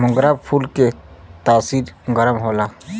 मोगरा फूल के तासीर गरम होला